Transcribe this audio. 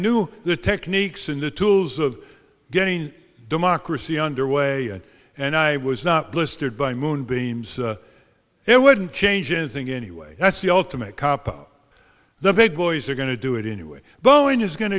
knew the techniques in the tools of getting democracy under way and i was not blistered by moonbeams it wouldn't change anything anyway that's the ultimate cop the big boys are going to do it anyway boeing is go